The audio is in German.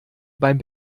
beim